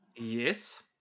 Yes